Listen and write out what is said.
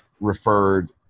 referred